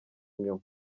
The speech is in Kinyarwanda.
inyuma